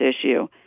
issue